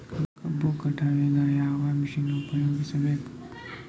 ಕಬ್ಬು ಕಟಾವಗ ಯಾವ ಮಷಿನ್ ಉಪಯೋಗಿಸಬೇಕು?